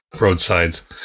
roadsides